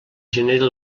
genere